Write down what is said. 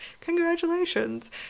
congratulations